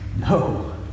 No